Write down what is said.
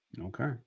Okay